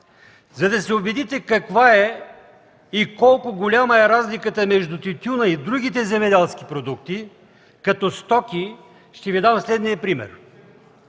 За да се убедите каква е и колко голяма е разликата между тютюна и другите земеделски продукти като стоки, ще Ви дам следния пример.